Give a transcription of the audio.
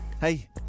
hey